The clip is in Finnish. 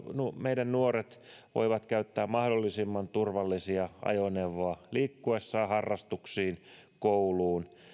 meidän nuoret voivat käyttää mahdollisimman turvallisia ajoneuvoja liikkuessaan harrastuksiin kouluun